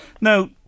Now